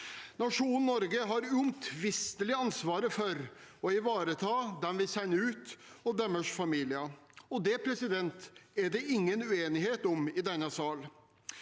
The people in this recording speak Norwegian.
Nasjonen Norge har uomtvistelig ansvaret for å ivareta dem vi sender ut, og deres familier. Det er det ingen uenighet om i denne sal.